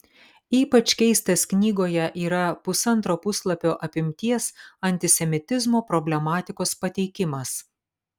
ypač keistas knygoje yra pusantro puslapio apimties antisemitizmo problematikos pateikimas